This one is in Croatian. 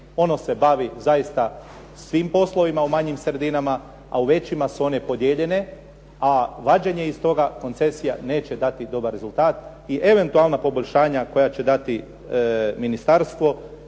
Ono se bavi zaista svim poslovima u manjim sredinama, a u većima su one podijeljene, a vađenje iz toga koncesija neće dati dobar rezultat i eventualna poboljšanja koja će dati ministarstvo.